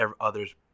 others